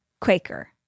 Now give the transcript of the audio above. Quaker